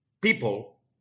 people